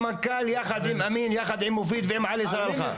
יחד עם אמין, מופיד ועלי סלאלחה.